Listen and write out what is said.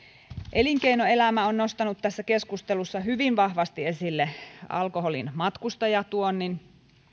elinkeinoelämä on nostanut tässä keskustelussa hyvin vahvasti esille alkoholin matkustajatuonnin